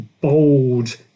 bold